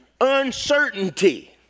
uncertainty